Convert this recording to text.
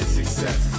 success